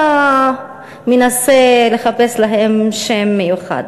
אתה מנסה לחפש להם שם מיוחד.